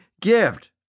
gift